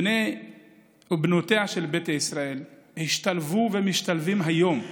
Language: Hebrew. בניה ובנותיה של ביתא ישראל השתלבו ומשתלבים היום בצבא,